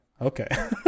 Okay